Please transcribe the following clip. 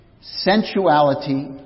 sensuality